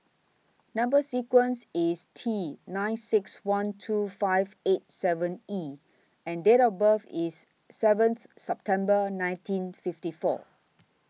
Number sequence IS T nine six one two five eight seven E and Date of birth IS seventh September nineteen fifty four